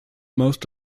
most